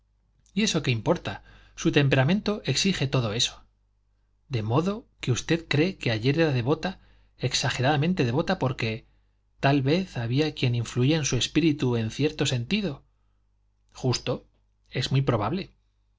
y eso qué importa su temperamento exige todo eso de modo que usted cree que ayer era devota exageradamente devota porque tal vez había quien influía en su espíritu en cierto sentido justo es muy probable